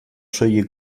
soilik